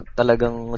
talagang